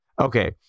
Okay